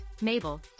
Mabel